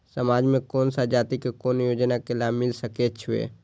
समाज में कोन सा जाति के कोन योजना के लाभ मिल सके छै?